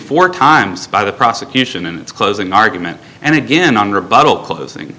four times by the prosecution in its closing argument and again on rebuttal closing